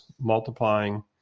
multiplying